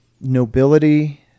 nobility